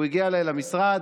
הוא הגיע אליי למשרד,